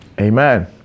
Amen